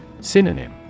Synonym